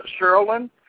Sherilyn